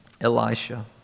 Elisha